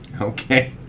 okay